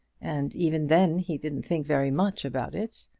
and even then he didn't think very much about it.